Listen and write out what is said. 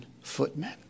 footmen